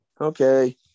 Okay